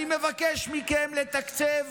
אני מבקש מכם לתקצב